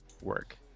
work